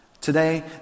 Today